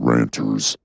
Ranters